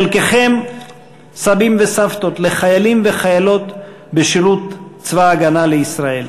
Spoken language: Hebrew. חלקכם סבים וסבתות לחיילים וחיילות בשירות צבא ההגנה לישראל.